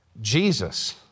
Jesus